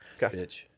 Bitch